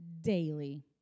daily